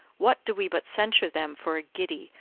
what do we but censure them for a giddy,